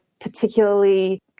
particularly